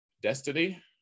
destiny